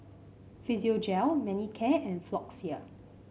Physiogel Manicare and Floxia